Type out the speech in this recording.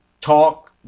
talk